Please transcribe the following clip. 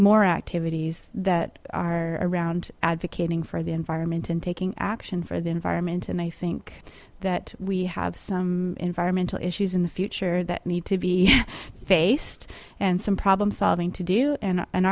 more activities that are around advocating for the environment and taking action for the environment and i think that we have some environmental issues in the future that need to be faced and some problem solving to do and and